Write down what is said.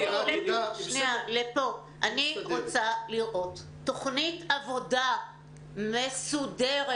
אני רוצה לראות תוכנית עבודה מסודרת,